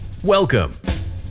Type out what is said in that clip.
Welcome